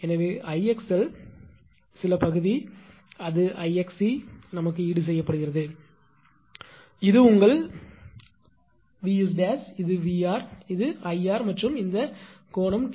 எனவே 𝐼𝑥l சில பகுதி அது 𝐼𝑥𝑐 ஈடுசெய்யப்படுகிறது இது உங்கள் 𝑉's இது 𝑉𝑅 இது 𝐼𝑟 மற்றும் இந்த கோணம் 𝜃